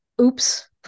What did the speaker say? oops